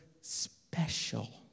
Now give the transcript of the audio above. special